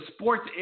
sports